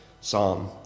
psalm